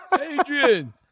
Adrian